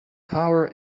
power